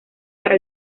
para